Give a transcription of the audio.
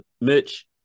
Mitch